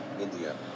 India